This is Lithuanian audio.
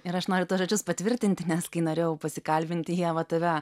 ir aš noriu tuos žodžius patvirtinti nes kai norėjau pasikalbinti ieva tave